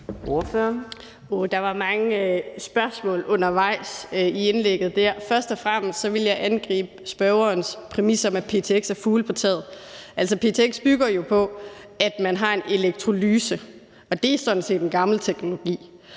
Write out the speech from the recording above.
Der var mange spørgsmål undervejs i indlægget der. Først og fremmest vil jeg angribe præmisser med ptx og fugle på taget. ptx bygger jo på, at man har en elektrolyse, og det er sådan set en gammel teknologi.